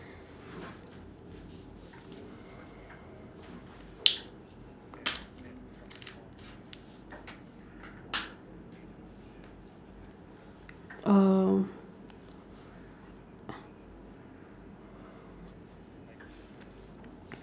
um